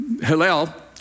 Hillel